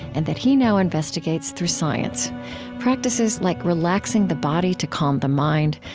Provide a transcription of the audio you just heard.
and that he now investigates through science practices like relaxing the body to calm the mind,